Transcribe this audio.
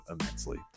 immensely